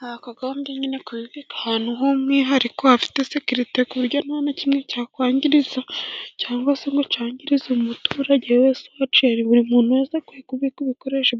bakagombye nyine kubibika ahantu h'umwihariko, hafite sekirite, ku buryo nta na kimwe cyakwingirika, cyangwa se ngo cyangirize umuturage wese uhaciye. Umuntu wese akwiye kubika ibikoresho...